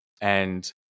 and-